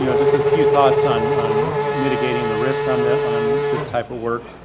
you know just a few thoughts on, on mitigating the risk on the, on this type of work.